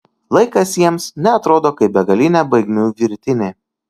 laikas jiems neatrodo kaip begalinė baigmių virtinė